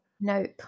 Nope